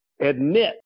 admit